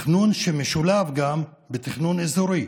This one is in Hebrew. תכנון שמשולב גם בתכנון אזורי,